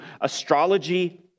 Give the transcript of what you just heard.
astrology